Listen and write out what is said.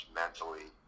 mentally